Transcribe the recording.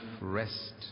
rest